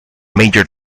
major